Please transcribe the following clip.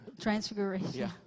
Transfiguration